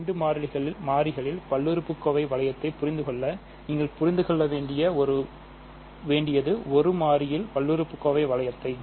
2 மாறிகளில் பல்லுறுப்புக்கோவையை வளையத்தைப் புரிந்து கொள்ள நீங்கள் புரிந்து கொள்ள வேண்டியது 1 மாறியில் பல்லுறுப்புக்கோவை வளையத்தை